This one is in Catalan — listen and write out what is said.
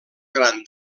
gran